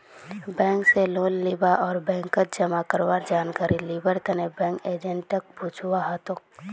bank स loan लीबा आर बैंकत जमा करवार जानकारी लिबार तने बैंक एजेंटक पूछुवा हतोक